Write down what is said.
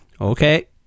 Okay